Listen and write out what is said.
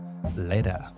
later